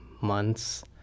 months